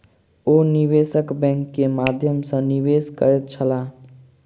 ओ निवेशक बैंक के माध्यम सॅ निवेश करैत छलाह